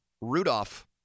Rudolph